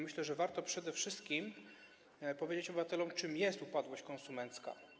Myślę, że warto przede wszystkim powiedzieć obywatelom, czym jest upadłość konsumencka.